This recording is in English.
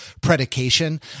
predication